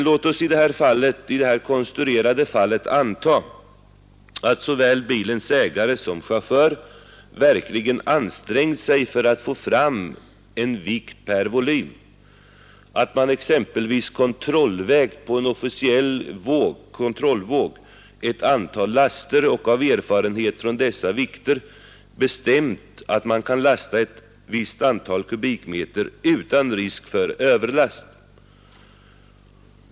Låt oss nu i det här konstruerade fallet anta att såväl bilens ägare som dess chaufför verkligen har ansträngt sig för att få fram en vikt per volym, att man exempelvis på officiell våg har kontrollvägt ett antal laster och av erfarenhet från dessa vikter har bestämt att man kan lasta ett visst antal kubikmeter utan risk för överlast.